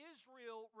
Israel